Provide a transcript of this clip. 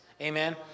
Amen